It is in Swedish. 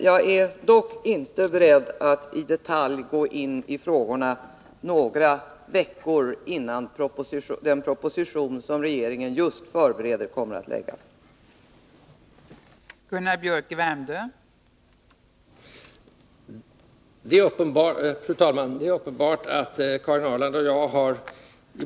Jag är dock inte beredd att i detalj gå in i frågorna några veckor innan den proposition som regeringen just nu förbereder kommer att läggas fram.